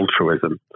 altruism